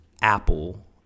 Apple